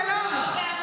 לא נכון.